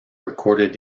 recorded